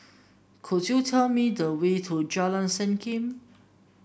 could you tell me the way to Jalan Senyum